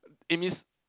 it means